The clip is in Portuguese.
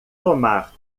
tomar